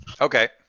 Okay